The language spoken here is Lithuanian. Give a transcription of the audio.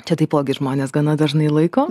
čia taipogi žmonės gana dažnai laiko